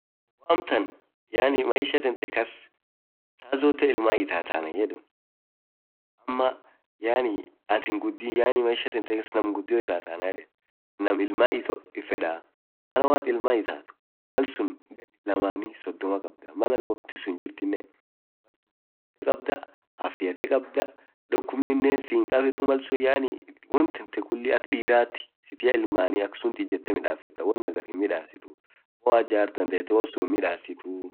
hoo amtaan maishaa tantee taan saa zoote ilmaan itaata anan yedeen, yaani maisha tantee kas atin naam gudio itataa edeenn naam ilmaan itoo fedaa. malatin ilmaan itaat malsun gan sodoma kabdaa malsun afia tee kabdaa, dukuinen si hinkabetuu malsun wontentee kuli malsun akdiraa ijetee midafeta, hoo atin jaart dandetee wonsun hinmidafetuu.